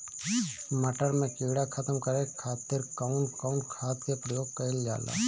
मटर में कीड़ा खत्म करे खातीर कउन कउन खाद के प्रयोग कईल जाला?